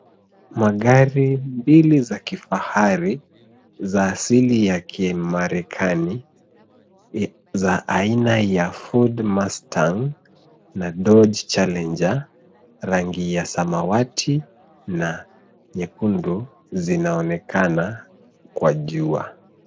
Magari mbili za kifahari za asili ya kimarekani za aina ya Ford Mustang na Doge Challenger, rangi ya samawati na nyekundu zinaonekana kwa jua.